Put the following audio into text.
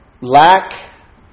lack